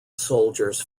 soldiers